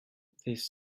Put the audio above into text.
this